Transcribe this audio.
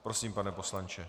Prosím, pane poslanče.